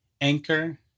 Anchor